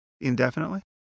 indefinitely